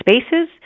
spaces